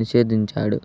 నిషేధించాడు